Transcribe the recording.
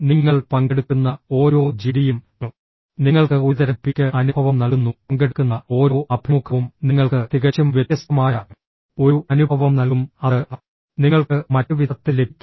നിങ്ങൾ പങ്കെടുക്കുന്ന ഓരോ ജിഡിയും നിങ്ങൾക്ക് ഒരുതരം പീക്ക് അനുഭവം നൽകുന്നു പങ്കെടുക്കുന്ന ഓരോ അഭിമുഖവും നിങ്ങൾക്ക് തികച്ചും വ്യത്യസ്തമായ ഒരു അനുഭവം നൽകും അത് നിങ്ങൾക്ക് മറ്റുവിധത്തിൽ ലഭിക്കില്ല